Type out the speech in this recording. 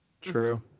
True